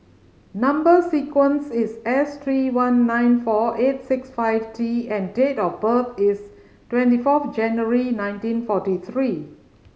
number sequence is S three one nine four eight six five T and date of birth is twenty fourth January nineteen forty three